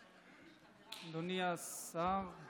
אדוני השר,